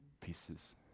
pieces